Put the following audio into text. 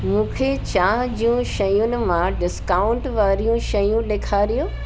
मूंखे चांहि जूं शयुनि मां डिस्काउंट वारियूं शयूं ॾेखारियो